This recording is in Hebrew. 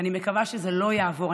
ואני מקווה שזה לא יעבור,